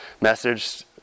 message